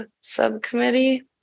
subcommittee